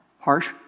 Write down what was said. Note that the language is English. harsh